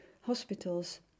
hospitals